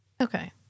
okay